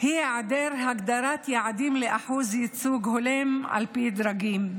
היא היעדר הגדרת יעדים לאחוז ייצוג הולם על פי דרגים.